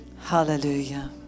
Hallelujah